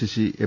Sasi M